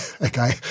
okay